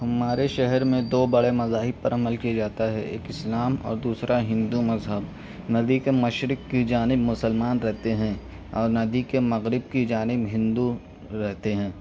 ہمارے شہر میں دو بڑے مذاہب پر عمل کیا جاتا ہے ایک اسلام اور دوسرا ہندو مذہب ندی کے مشرق کی جانب مسلمان رہتے ہیں اور ندی کے مغرب کی جانب ہندو رہتے ہیں